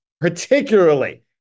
particularly